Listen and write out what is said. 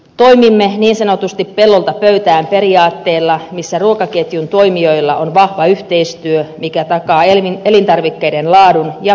toimimme niin sanotusti pellolta pöytään periaatteella niin että ruokaketjun toimijoilla on vahva yhteistyö mikä takaa elintarvikkeiden laadun ja turvallisuuden